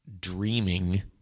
dreaming